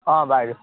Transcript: অঁ বাৰু